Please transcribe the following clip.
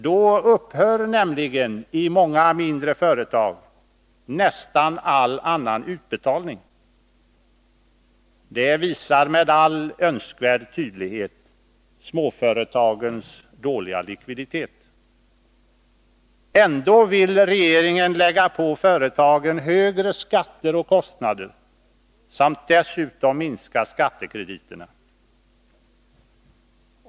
Då upphör nämligen i många mindre företag nästan all annan utbetalning. Detta visar med all önskvärd tydlighet småföretagens dåliga likviditet. Ändå vill regeringen lägga på företagen högre skatter och kostnader samt dessutom minska skattekrediterna.